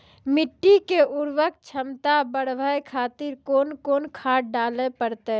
मिट्टी के उर्वरक छमता बढबय खातिर कोंन कोंन खाद डाले परतै?